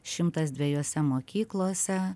šimtas dvejose mokyklose